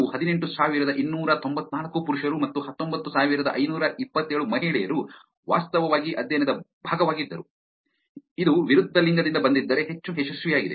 ಹದಿನೆಂಟು ಸಾವಿರದ ಇನ್ನೂರ ತೊಂಬತ್ನಾಲ್ಕು ಪುರುಷರು ಮತ್ತು ಹತ್ತೊಂಬತ್ತು ಸಾವಿರದ ಐನೂರ ಇಪ್ಪತ್ತೇಳು ಮಹಿಳೆಯರು ವಾಸ್ತವವಾಗಿ ಅಧ್ಯಯನದ ಭಾಗವಾಗಿದ್ದರು ಇದು ವಿರುದ್ಧ ಲಿಂಗದಿಂದ ಬಂದಿದ್ದರೆ ಹೆಚ್ಚು ಯಶಸ್ವಿಯಾಗಿದೆ